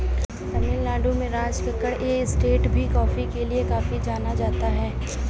तमिल नाडु में राजकक्कड़ एस्टेट भी कॉफी के लिए काफी जाना जाता है